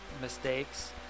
Mistakes